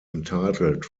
entitled